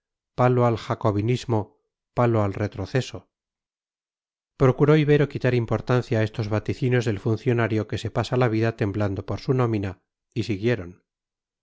palo al jacobinismo palo al retroceso procuró ibero quitar importancia a estos vaticinios del funcionario que se pasa la vida temblando por su nómina y siguieron